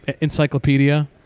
encyclopedia